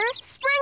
Spring